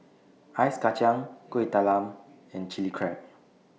Ice Kachang Kuih Talam and Chilli Crab